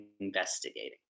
investigating